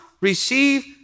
receive